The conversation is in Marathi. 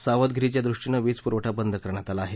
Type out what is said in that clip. सावधगिरीच्या दृष्टीने वीज पुरवठा बंद करण्यात आला आहे